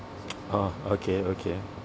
ah okay okay